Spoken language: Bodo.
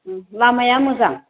लामाया मोजां